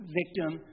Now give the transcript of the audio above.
victim